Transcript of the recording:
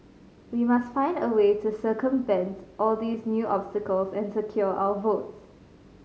we must find a way to circumvent all these new obstacles and secure our votes